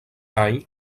any